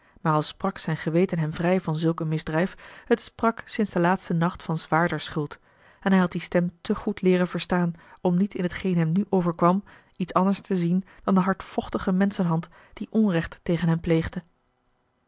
maar al sprak zijn geweten hem vrij van zulk een misdrijf het sprak sinds den laatsten nacht van zwaardere schuld en hij had die stem te goed leeren verstaan om niet in t geen hem nu overkwam iets anders te zien dan de hardvochtige menschenhand die onrecht tegen hem pleegde